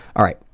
all right.